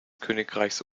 königreichs